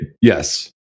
yes